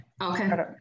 okay